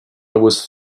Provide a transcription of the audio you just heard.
was